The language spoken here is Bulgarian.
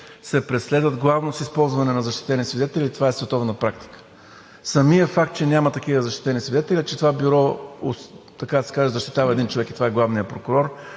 се преследват – главно с използване на защитени свидетели, и това е световна практика. Самият факт, че няма такива защитени свидетели, е, че това бюро, така да се каже, защитава един човек – и това е главният прокурор,